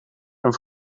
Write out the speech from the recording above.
een